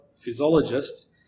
physiologist